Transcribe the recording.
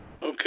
Okay